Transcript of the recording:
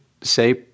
say